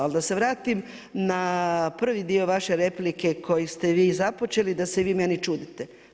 Ali da se vratim na prvi dio vaše replike koju ste vi započeli, da se vi meni čudite.